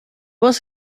was